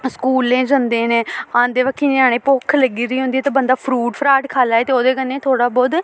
स्कूलें जंदे न औंदे बक्खी ञ्याणें भुक्ख लग्गी दी होंदी ते बंदा फ्रूट फ्राट खाई लै ते ओह्दे कन्नै थोह्ड़ा ब्हौत